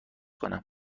کنم